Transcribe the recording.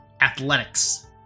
athletics